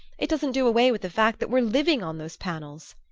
it doesn't do away with the fact that we're living on those panels!